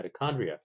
mitochondria